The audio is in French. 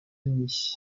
unis